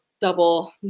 double